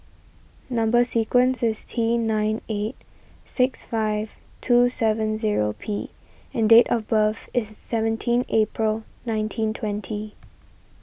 Number Sequence is T nine eight six five two seven zero P and date of birth is seventeen April nineteen twenty